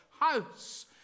house